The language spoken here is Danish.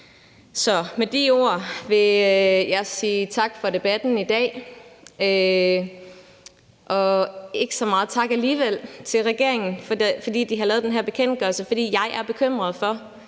Så med de ord vil jeg sige tak for debatten i dag. Jeg vil ikke sige så meget tak alligevel til regeringen, fordi de har lavet den her bekendtgørelse, for jeg er bekymret for,